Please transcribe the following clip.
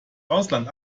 ausland